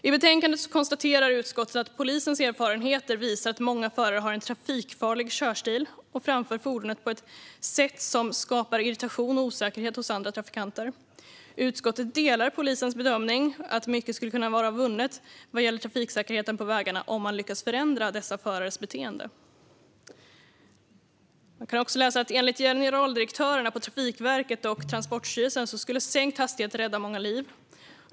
I betänkandet konstaterar utskottet att polisens erfarenheter visar att många förare har en trafikfarlig körstil och framför fordonet på ett sätt som skapar irritation och osäkerhet hos andra trafikanter. Utskottet delar polisens bedömning att mycket skulle kunna vara vunnet vad gäller trafiksäkerheten på vägarna om man lyckas förändra dessa förares beteende. Enligt generaldirektörerna på Trafikverket och Transportstyrelsen skulle sänkt hastighet rädda många liv.